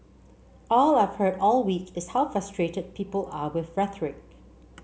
all I've heard all week is how frustrated people are with rhetoric